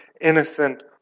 innocent